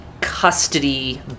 custody